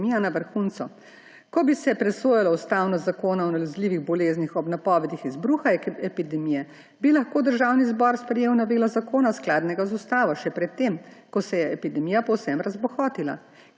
na vrhuncu. Ko bi se presojala ustavnost Zakona o nalezljivih boleznih ob napovedih izbruha epidemije, bi lahko Državni zbor sprejel novelo zakona, skladnega z ustavo, še pred tem, ko se je epidemija povsem razbohotila.